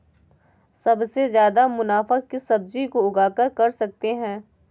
सबसे ज्यादा मुनाफा किस सब्जी को उगाकर कर सकते हैं?